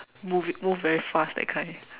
moving move very fast that kind